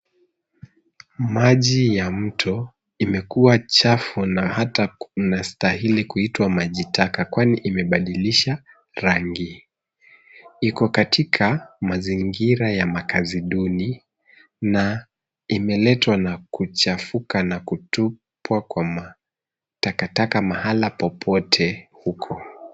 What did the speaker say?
Maji ya mto imekuwa chafu na hata inastahili kuitwa maji taka kwani imebadilisha rangi. Iko katika mazingira ya makazi duni, na imeletwa na kuchafuka na kutupwa kwa takataka mahala popote huko.